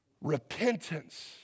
Repentance